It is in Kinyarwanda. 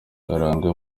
karangwa